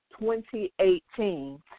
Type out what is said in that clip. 2018